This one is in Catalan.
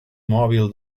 mòbil